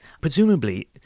Presumably